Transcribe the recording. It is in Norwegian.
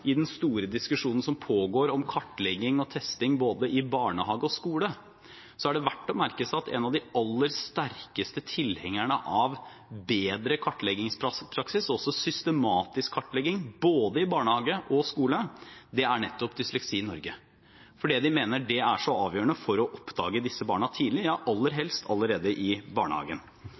i den store diskusjonen som pågår om kartlegging og testing, både i barnehage og skole, er det verdt å merke seg at en av de aller sterkeste tilhengerne av bedre kartleggingspraksis – og også systematisk kartlegging, både i barnehage og skole – er nettopp Dysleksi Norge, fordi de mener at det er så avgjørende for å oppdage disse barna tidlig, ja aller helst allerede i barnehagen.